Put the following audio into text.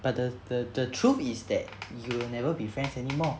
but the the the truth is that you'll never be friends anymore